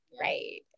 right